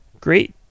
great